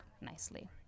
nicely